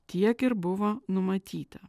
tiek ir buvo numatyta